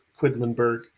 Quidlinburg